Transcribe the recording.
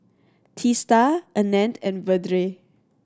Teesta Anand and Vedre